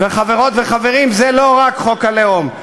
וחברות וחברים, זה לא רק חוק הלאום.